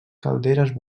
calderes